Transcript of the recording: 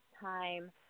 time